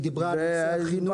היא דיברה על נושא החינוך.